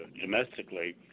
domestically